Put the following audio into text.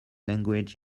language